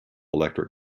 electric